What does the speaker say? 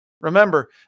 Remember